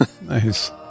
nice